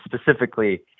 specifically